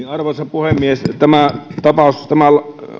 arvoisa puhemies tämä tapaus tämä